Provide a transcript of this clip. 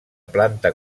planta